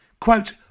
quote